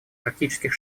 практических